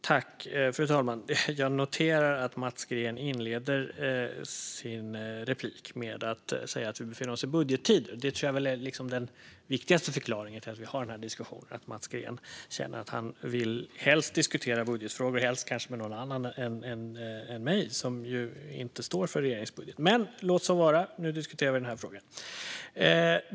Fru talman! Jag noterar att Mats Green inleder sin replik med att säga att vi befinner oss i budgettider. Det tror jag är den viktigaste förklaringen till att vi har denna diskussion - att Mats Green känner att han helst vill diskutera budgetfrågor och helst kanske med någon annan än mig, som ju inte står för regeringens budget. Men låt så vara! Nu diskuterar vi den här frågan.